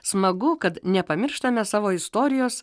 smagu kad nepamirštame savo istorijos